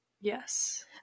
Yes